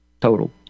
total